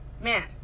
Man